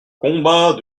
combat